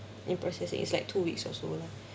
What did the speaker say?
in processing it's like two weeks or so lah